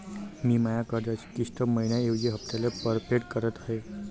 मी माया कर्जाची किस्त मइन्याऐवजी हप्त्याले परतफेड करत आहे